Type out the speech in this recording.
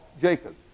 Jacob